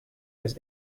was